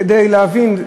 כדי להבין.